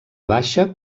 baixa